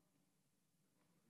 הוא